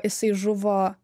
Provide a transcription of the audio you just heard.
jisai žuvo